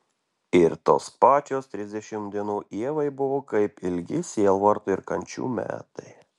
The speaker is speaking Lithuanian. ir tos pačios trisdešimt dienų ievai buvo kaip ilgi sielvarto ir kančių metai